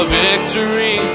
victory